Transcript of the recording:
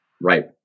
Right